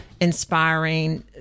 inspiring